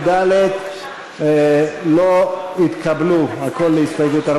-ראש, המסך נפל לי, אנחנו רוצים התייעצות.